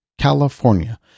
California